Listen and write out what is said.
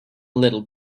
little